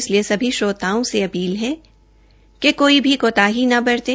इसलिए सभी श्रोताओं से अपील है कि कोई भी कोताही न बरतें